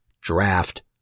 draft